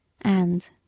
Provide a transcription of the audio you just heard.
and